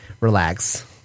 relax